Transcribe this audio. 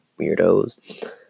weirdos